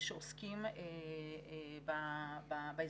שעוסקים באזרחים.